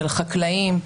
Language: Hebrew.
של חקלאים,